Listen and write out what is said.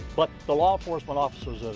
what the law enforcement officers,